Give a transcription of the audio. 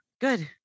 good